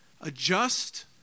Adjust